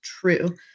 true